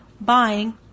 buying